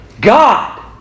God